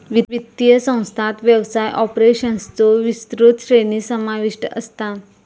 वित्तीय संस्थांत व्यवसाय ऑपरेशन्सचो विस्तृत श्रेणी समाविष्ट असता